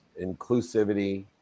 inclusivity